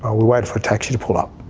ah we wait for a taxi to pull up,